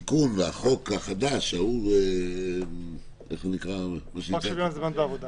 של התיקון בחוק שוויון הזדמנויות בעבודה.